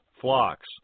flocks